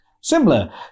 similar